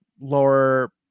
lower